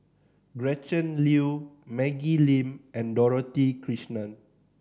Gretchen Liu Maggie Lim and Dorothy Krishnan